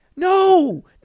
No